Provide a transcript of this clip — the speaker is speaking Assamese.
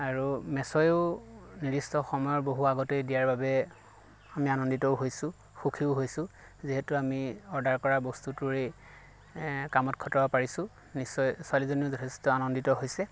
আৰু মেছ'য়ো নিৰ্দিষ্ট সময়ৰ বহু আগতেই দিয়াৰ বাবে আমি আনন্দিতও হৈছোঁ সুখীও হৈছোঁ যিহেতু আমি অৰ্ডাৰ কৰা বস্তুটোৰেই কামত খটুৱাব পাৰিছোঁ নিশ্চয় ছোৱালীজনীও যথেষ্ট আনন্দিত হৈছে